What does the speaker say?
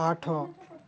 ଆଠ